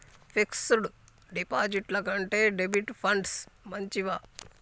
Fix డ్ డిపాజిట్ల కంటే డెబిట్ ఫండ్స్ మంచివా?